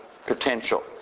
potential